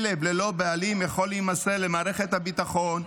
כלב ללא בעלים יכול להימסר למערכת הביטחון,